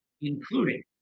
including